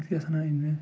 پتہٕ کیٛاہ سنا أنۍ مےٚ